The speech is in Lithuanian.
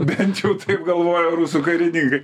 bent taip galvojo rusų karininkai